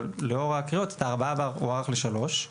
אבל לאור הקריאות ה-4 בר הוארך ל-3.